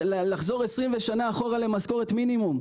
לחזור 20 שנים אחורה למשכורת מינימום.